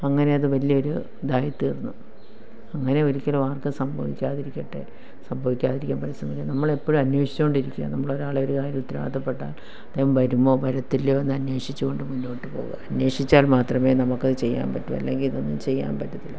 അങ്ങനെ അത് വലിയൊരു ഇതായിത്തീർന്നു അങ്ങനെ ഒരിക്കലും ആർക്കും സംഭവിക്കാതിരിക്കട്ടെ സംഭവിക്കാതിരിക്കാൻ വേണ്ടി ശ്രമിക്കുക നമ്മള് എപ്പോഴും അന്വേഷിച്ചുകൊണ്ടിരിക്കുക നമ്മള് ഒരാളെ ഒരു കാര്യം ഉത്തരവാദിത്തപ്പെട്ടാൽ അദ്ദേഹം വരുമോ വരത്തില്ലയോ എന്ന് അന്വേഷിച്ചുകൊണ്ടു മുന്നോട്ടുപോകുക അന്വേഷിച്ചാൽ മാത്രമേ നമുക്കത് ചെയ്യാൻ പറ്റൂ അല്ലെങ്കിൽ ഇതൊന്നും ചെയ്യാൻ പറ്റത്തില്ല